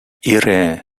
ihre